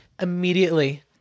immediately